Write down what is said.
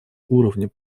уровня